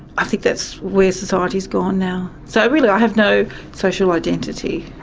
i think that's where society has gone now. so really i have no social identity.